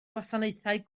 gwasanaethau